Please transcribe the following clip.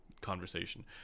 conversation